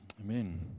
Amen